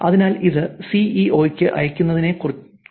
അതിനാൽ ഇത് സിഇഒയ്ക്ക് അയയ്ക്കുന്നതിനെക്കുറിച്ചല്ല